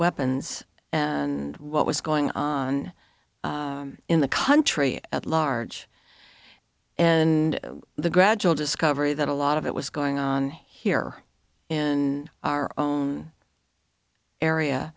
weapons and what was going on in the country at large and the gradual discovery that a lot of it was going on here in our own area